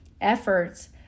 efforts